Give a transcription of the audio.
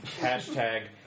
hashtag